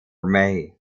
may